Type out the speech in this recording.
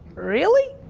really?